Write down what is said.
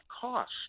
cost